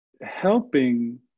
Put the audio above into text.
helping